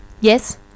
Yes